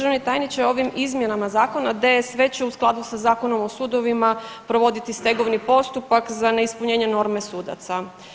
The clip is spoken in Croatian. Državni tajniče ovim izmjenama zakona DSV će u skladu sa Zakonom o sudovima provoditi stegovni postupak za neispunjenje norme sudaca.